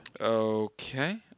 Okay